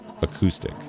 acoustic